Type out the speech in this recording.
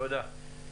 תודה רבה.